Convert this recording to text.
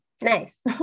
Nice